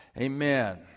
amen